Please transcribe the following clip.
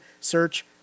search